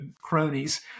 cronies